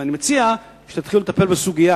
אני מציע שתתחילו לטפל בסוגיה,